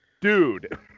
Dude